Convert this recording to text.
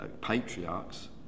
patriarchs